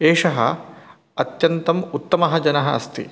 एषः अत्यन्तम् उत्तमः जनः अस्ति